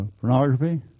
pornography